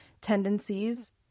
tendencies